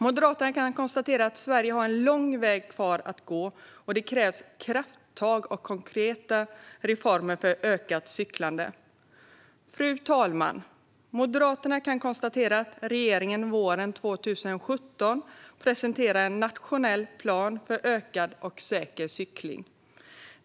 Moderaterna kan konstatera att Sverige har en lång väg kvar att gå och att det krävs krafttag och konkreta reformer för ett ökat cyklande. Fru talman! Moderaterna kan konstatera att regeringen våren 2017 presenterade en nationell plan för ökad och säker cykling.